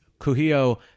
Kuhio